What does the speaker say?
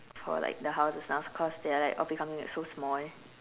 for like the house and stuff because they are like all becoming like so small